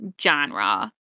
genre